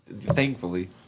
Thankfully